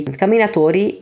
camminatori